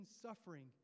suffering